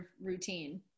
routine